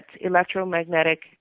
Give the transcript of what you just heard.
electromagnetic